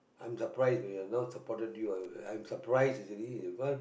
I'm surprise when you are not supported you are I'm surprise easily but